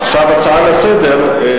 עכשיו הצעה לסדר-היום,